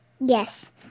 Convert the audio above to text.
Yes